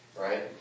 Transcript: right